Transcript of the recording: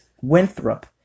Winthrop